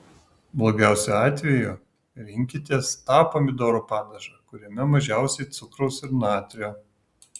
blogiausiu atveju rinkitės tą pomidorų padažą kuriame mažiausiai cukraus ir natrio